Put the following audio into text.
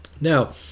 Now